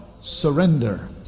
surrender